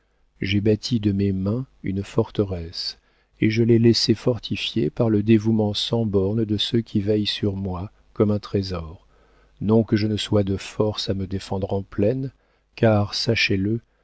j'ai bâti de mes mains une forteresse et je l'ai laissé fortifier par le dévouement sans bornes de ceux qui veillent sur moi comme sur un trésor non que je ne sois de force à me défendre en plaine car sachez-le